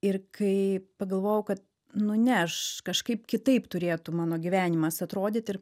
ir kai pagalvojau kad nu ne aš kažkaip kitaip turėtų mano gyvenimas atrodyt ir